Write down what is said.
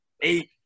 eight